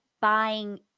buying